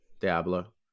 diablo